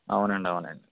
అవునండి అవునండి